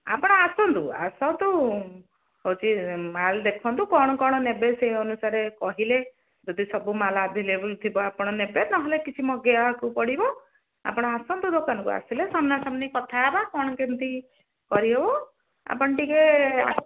ଆପଣ ଆସନ୍ତୁ ଆସନ୍ତୁ ହେଉଛି ମାଲ ଦେଖନ୍ତୁ କ'ଣ କ'ଣ ନେବେ ସେଇ ଅନୁସାରେ କହିଲେ ଯଦି ସବୁ ମାଲ୍ ଆଭେଲେବଲ୍ ଥିବ ଆପଣ ନେବେ ନହେଲେ କିଛି ମଗେଇବାକୁ ପଡ଼ିବ ଆପଣ ଆସନ୍ତୁ ଦୋକାନକୁ ଆସିଲେ ସାମ୍ନାସାମ୍ନି କଥା ହେବା କ'ଣ କେମିତି କରିହେବ ଆପଣ ଟିକେ